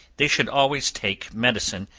they should always take medicine,